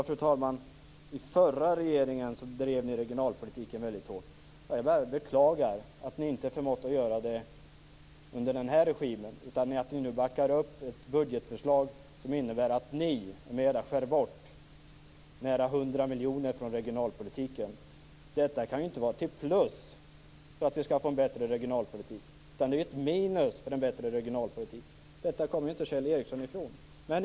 Fru talman! I den förra regeringen drev centern regionalpolitiken väldigt hårt. Jag bara beklagar att man inte förmått göra det även under den här regimen, utan nu backar upp ett budgetförslag som innebär att man skär bort nära 100 miljoner från regionalpolitiken. Detta kan inte vara ett plus för att vi skall få en bättre regionalpolitik. Det är ett minus för en bättre regionalpolitik. Det kommer inte Kjell Ericsson ifrån.